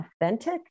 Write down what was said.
authentic